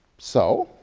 so,